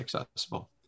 accessible